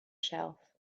shelf